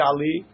Ali